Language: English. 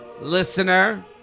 Listener